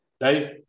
Dave